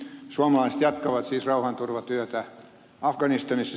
suomalaiset jatkavat siis rauhanturvatyötä afganistanissa